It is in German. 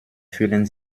fühlen